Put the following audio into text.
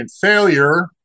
failure